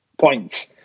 points